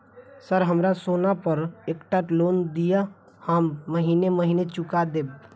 Sir हमरा सोना पर एकटा लोन दिऽ हम महीने महीने चुका देब?